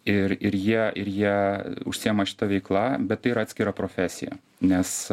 ir ir jie ir jie užsiima šita veikla bet tai yra atskira profesija nes